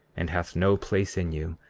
and hath no place in you,